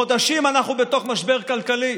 חודשים אנחנו בתוך משבר כלכלי.